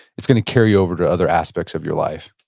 it's going to carry over to other aspects of your life.